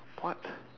what